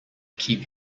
keep